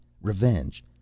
revenge